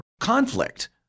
conflict